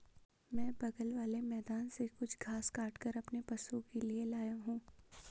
मैं बगल वाले मैदान से कुछ घास काटकर अपने पशुओं के लिए लाया हूं